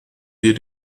wir